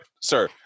Sir